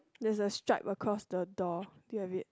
there's a stripe across the door do you have it